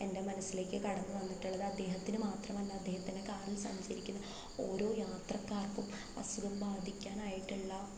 എൻ്റെ മനസ്സിലേക്ക് കടന്നു വന്നിട്ടുള്ളത് അദ്ദേഹത്തിന് മാത്രമല്ല അദ്ദേഹത്തിൻ്റെ കാറിൽ സഞ്ചരിക്കുന്ന ഓരോ യാത്രക്കാർക്കും അസുഖം ബാധിക്കാനായിട്ടുള്ള